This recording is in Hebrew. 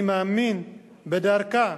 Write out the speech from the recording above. אני מאמין בדרכה